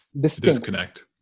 Disconnect